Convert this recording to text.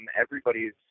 everybody's